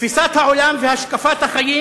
תפיסת העולם והשקפת החיים,